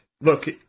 look